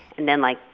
and then, like,